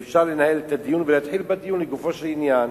ואפשר לנהל את הדיון ולהתחיל בדיון לגופו של עניין,